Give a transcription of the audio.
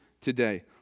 today